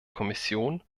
kommission